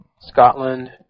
Scotland